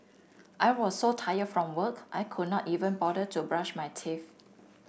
I was so tired from work I could not even bother to brush my teeth